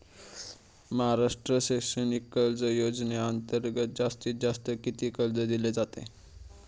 महाराष्ट्र शैक्षणिक कर्ज योजनेअंतर्गत जास्तीत जास्त किती कर्ज दिले जाते?